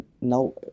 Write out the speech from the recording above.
now